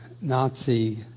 Nazi